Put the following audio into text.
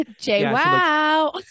J-Wow